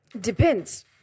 Depends